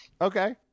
Okay